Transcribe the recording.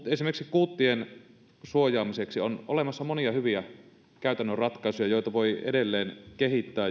esimerkiksi kuuttien suojaamiseksi on olemassa monia hyviä käytännön ratkaisuja joita voi edelleen kehittää